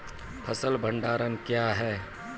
फसल भंडारण क्या हैं?